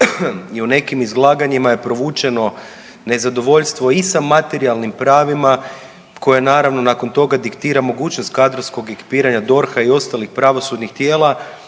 i u nekim izlaganjima je provučeno nezadovoljstvo i sa materijalnim pravima koje naravno nakon toga mogućnost kadrovskog ekipiranja DORH-a i ostalih pravosudnih tijela